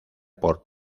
por